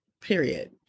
Period